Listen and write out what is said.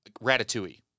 Ratatouille